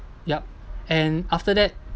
yup and after that